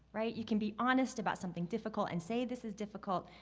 right? you can be honest about something difficult, and say this is difficult.